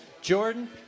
Jordan